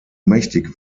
mächtig